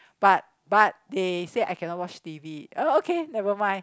but but they say I cannot watch t_v uh okay nevermind